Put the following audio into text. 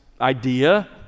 idea